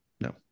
no